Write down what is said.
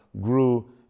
grew